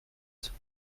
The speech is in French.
sept